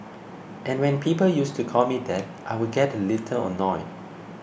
and when people used to call me that I would get a little annoyed